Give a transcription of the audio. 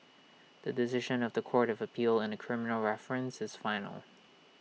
the decision of The Court of appeal in A criminal reference is final